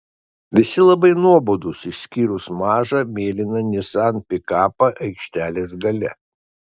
visi labai nuobodūs išskyrus mažą mėlyną nissan pikapą aikštelės gale